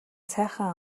сайхан